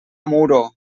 muro